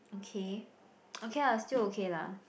okay okay ah still okay lah